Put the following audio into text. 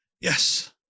yes